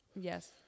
Yes